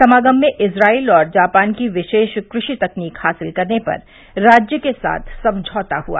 समागम में इजराइल और जापान की विशेष कृषि तकनीकि हासिल करने पर राज्य के साथ समझौता हुआ